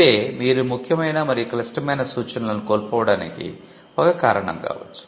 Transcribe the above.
ఇవే మీరు ముఖ్యమైన మరియు క్లిష్టమైన సూచనలను కోల్పోవడానికి ఒక కారణం కావచ్చు